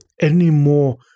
anymore